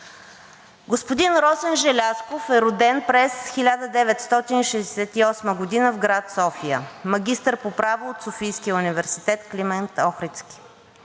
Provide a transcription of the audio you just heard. Господин Росен Желязков е роден през 1968 г. в град София. Магистър по право от Софийския университет „Климент Охридски“.